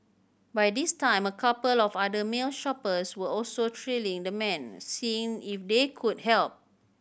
by this time a couple of other male shoppers were also trailing the man seeing if they could help